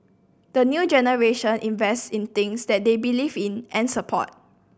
the new generation invests in things that they believe in and support